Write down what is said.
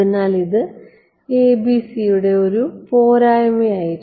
അതിനാൽ ഇത് ABC യുടെ ഒരു പോരായ്മയായിരുന്നു